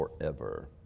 forever